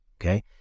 okay